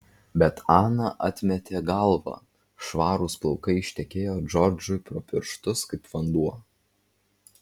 bet ana atmetė galvą švarūs plaukai ištekėjo džordžui pro pirštus kaip vanduo